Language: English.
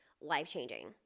life-changing